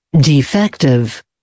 Defective